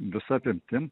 visa apimtim